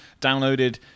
downloaded